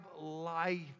life